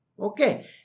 Okay